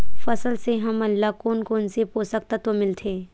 फसल से हमन ला कोन कोन से पोषक तत्व मिलथे?